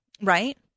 Right